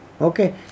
okay